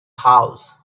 house